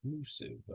exclusive